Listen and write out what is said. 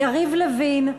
יריב לוין,